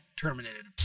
terminated